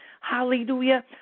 hallelujah